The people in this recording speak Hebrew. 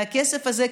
והכסף הזה,